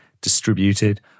distributed